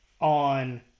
on